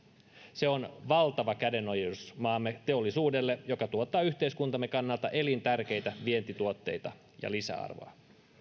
se on valtava kädenojennus maamme teollisuudelle joka tuottaa yhteiskuntamme kannalta elintärkeitä vientituotteita ja lisäarvoa